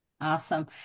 Awesome